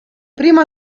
primo